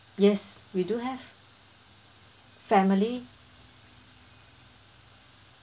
yes we do have family